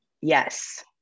yes